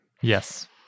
Yes